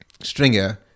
stringer